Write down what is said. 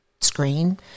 screen